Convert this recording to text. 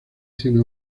cien